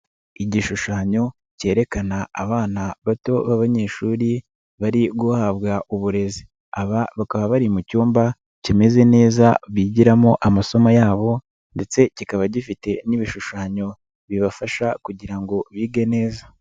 Igishushanyo cyerekana abana bato b'abanyeshuri bari guhabwa uburezi, aba bakaba bari mu cyumba kimeze neza bigiramo amasomo yabo ndetse kikaba gifite n'ibishushanyo bibafasha kugira ngo bige neza.